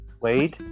wait